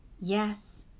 Yes